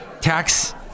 tax